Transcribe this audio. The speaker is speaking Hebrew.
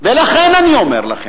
ולכן אני אומר לכם,